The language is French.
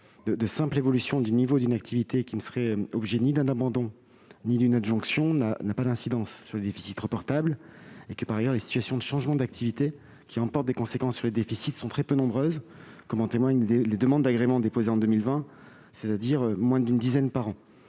de simple évolution du niveau d'une activité qui ne serait l'objet ni d'un abandon ni d'une adjonction n'a pas d'incidence sur les déficits reportables. Les changements d'activité qui emportent des conséquences sur les déficits sont très peu nombreux, comme en témoignent les demandes d'agrément déposées en 2020, soit moins d'une dizaine.